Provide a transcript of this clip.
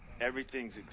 everything's